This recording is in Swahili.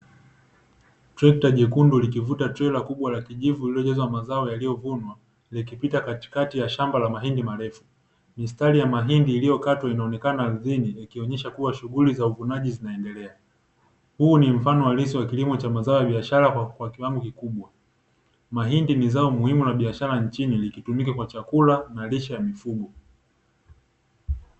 Trekta jekundu likivuta trea kubwa la kijivu lililojaza mazao yaliyovunwa, likipita katikati ya shamba la mahindi marefu, mistari ya mahindi yaliyokatwa inaonekana ardhini ikionyesha kuwa shughuli za uvunaji zinaendelea. Huu ni mfano halisi wa kilimo cha mazao ya biashara kwa kiwango kikubwa. Mahindi ni zao muhimu la biashara nchini likitumika kwa chakula na lishe ya mifugo.